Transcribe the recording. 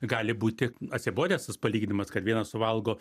gali būti atsibodęs tas palyginimas kad vienas suvalgo